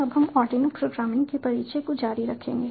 अब हम Arduino programming के परिचय को जारी रखेंगे